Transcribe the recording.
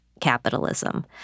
capitalism